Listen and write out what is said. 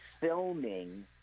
filming